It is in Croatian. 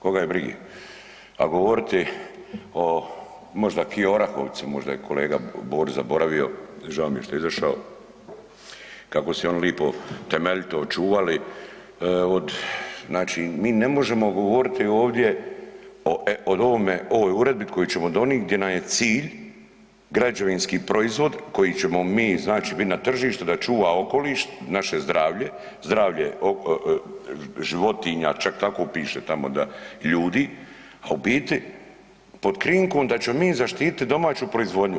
Koga je brige, a govoriti o možda ... možda je kolega Borić zaboravio, žao mi je što je izašao, kako se on lipo temeljito očuvali od, znači, mi ne možemo govoriti ovdje, o ovome, ovoj uredbi koju ćemo donijeti gdje nam je cilj građevinski proizvod koji ćemo mi znači mi na tržište da čuva okoliš, naše zdravlje, zdravlje životinja, čak tako piše tamo da ljudi, a u biti, pod krinkom da ćemo mi zaštiti domaću proizvodnju.